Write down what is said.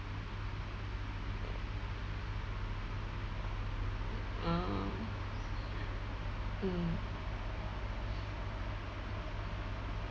orh mm